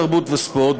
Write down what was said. התרבות והספורט,